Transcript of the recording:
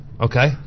okay